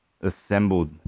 assembled